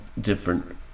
different